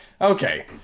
Okay